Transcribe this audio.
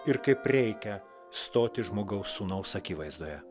ir kaip reikia stoti žmogaus sūnaus akivaizdoje